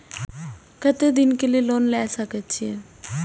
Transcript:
केते दिन के लिए लोन ले सके छिए?